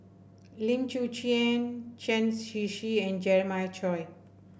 Lim Chwee Chian Chen Shiji and Jeremiah Choy